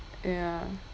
ya